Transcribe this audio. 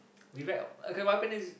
we re~ okay what happen is